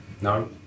No